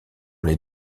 les